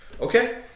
Okay